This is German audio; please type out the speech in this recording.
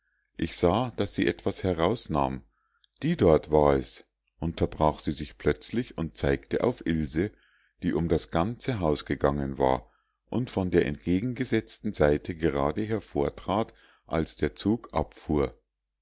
ich sah daß sie etwas herausnahm die dort war es unterbrach sie sich plötzlich und zeigte auf ilse die um das ganze haus gegangen war und von der entgegengesetzten seite gerade hervortrat als der zug abfuhr